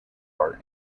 are